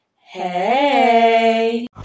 Hey